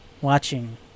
watching